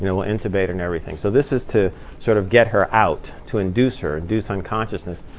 we'll intubate and everything. so this is to sort of get her out to induce her induce unconsciousness.